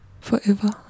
Forever